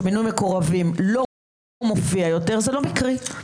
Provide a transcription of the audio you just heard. זה שמינוי מקורבים לא מופיע יותר, זה לא מקרי.